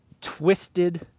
twisted